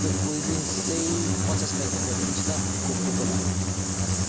त्यो cold drinks चाहिँ पचास प्याकेट गरिदिनुहोस् ल कोकाकोलाको हजुर